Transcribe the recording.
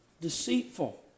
deceitful